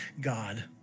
God